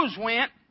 went